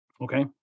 Okay